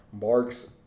Mark's